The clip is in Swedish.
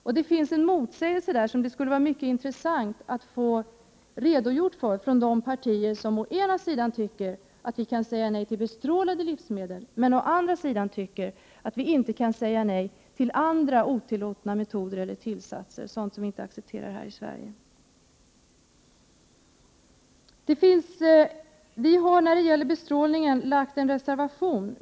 Här finns det en motsägelse, och det skulle vara intressant att få en redogörelse från de partier som å ena sidan tycker att vi kan säga nej till bestrålade livsmedel men å andra sidan tycker att vi inte kan säga nej till andra otillåtna metoder eller tillsatser som inte accepteras här i Sverige. Vi har när det gäller bestrålningen en reservation.